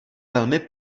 velmi